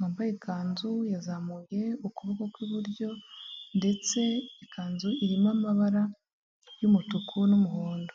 wambaye ikanzu, yazamuye ukuboko kw'iburyo ndetse ikanzu irimo amabara y'umutuku n'umuhondo.